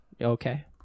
Okay